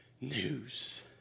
news